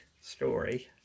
story